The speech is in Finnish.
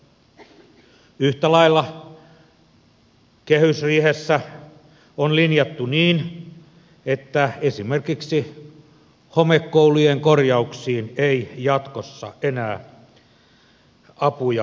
yhtä lailla kehysriihessä on linjattu niin että esimerkiksi homekoulujen korjauksiin ei jatkossa enää apuja valtion toimesta tulisi